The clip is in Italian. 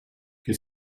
che